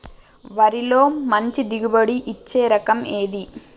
వరిలో మంచి దిగుబడి ఇచ్చే రకం ఏది?